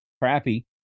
crappy